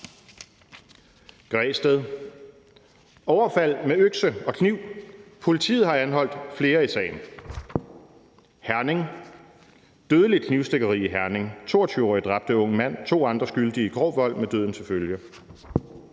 Græsted: »Overfald med økse og kniv: Politiet har anholdt flere i sagen«. Herning: »Dødeligt knivstikkeri i Herning: 22-årig dræbte ung mand – to andre skyldige i grov vold med døden til følge«.